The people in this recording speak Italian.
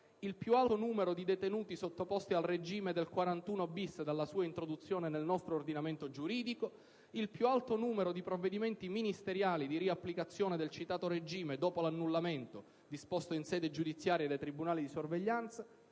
il più alto numero di detenuti sottoposti al regime del 41-*bis* dalla sua introduzione nel nostro ordinamento giuridico, il più alto numero di provvedimenti ministeriali di riapplicazione del citato regime dopo l'annullamento disposto in sede giudiziaria dai tribunali di sorveglianza,